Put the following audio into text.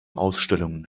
ausstellungen